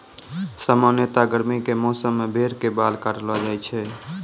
सामान्यतया गर्मी के मौसम मॅ भेड़ के बाल काटलो जाय छै